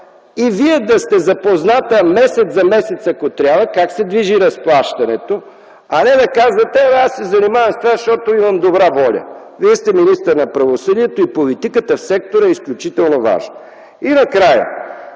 и Вие да сте запозната месец за месец, ако трябва, как се движи разплащането, а не да казвате: аз се занимавам с това, защото имам добра воля. Вие сте министър на правосъдието и политиката в сектора е изключително важна. И накрая.